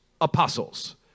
apostles